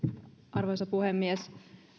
arvoisa puhemies